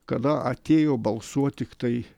kada atėjo balsuot tiktai